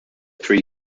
three